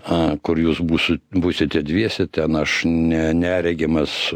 a kur jūs būsit būsite dviese ten aš ne neregimas